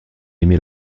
aimer